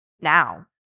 now